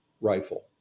rifle